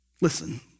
Listen